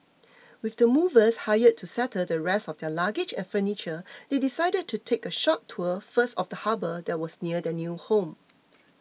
with the movers hired to settle the rest of their luggage and furniture they decided to take a short tour first of the harbour that was near their new home